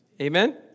Amen